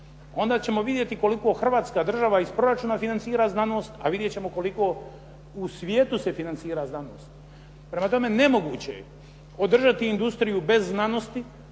onda ćemo vidjeti koliko Hrvatska država iz proračuna financira znanost a vidjeti ćemo koliko u svijetu se financira znanost. Prema tome, nemoguće je održati industriju bez znanosti,